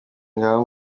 ngaho